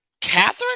Catherine